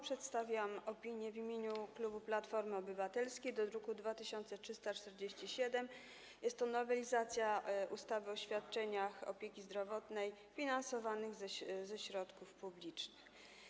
Przedstawiam w imieniu klubu Platformy Obywatelskiej opinię o druku nr 2347 - jest to nowelizacja ustawy o świadczeniach opieki zdrowotnej finansowanych ze środków publicznych.